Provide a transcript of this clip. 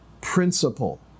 principle